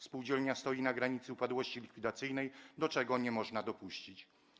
Spółdzielnia stoi na granicy upadłości likwidacyjnej, do czego nie można dopuścić.